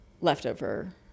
leftover